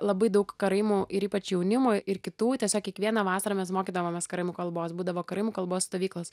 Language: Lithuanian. labai daug karaimų ir ypač jaunimo ir kitų tiesiog kiekvieną vasarą mes mokydavomės karaimų kalbos būdavo karaimų kalbos stovyklos